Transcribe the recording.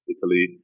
Italy